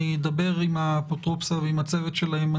אני אדבר עם האפוטרופסה ועם הצוות שלהם.